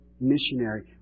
missionary